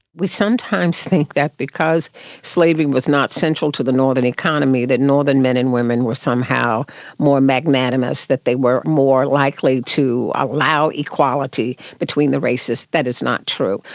we sometimes think that because slavery was not central to the northern economy, that northern men and women were somehow more magnanimous, that they were more likely to allow equality between the races. that is not true.